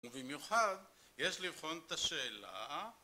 ובמיוחד יש לבחון את השאלה